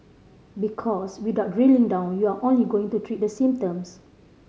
because without drilling down you're only going to treat the symptoms